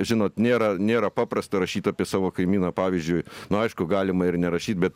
žinot nėra nėra paprasta rašyti apie savo kaimyną pavyzdžiui nu aišku galima ir nerašyt bet